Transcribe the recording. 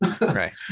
Right